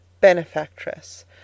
benefactress